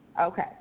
Okay